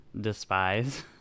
despise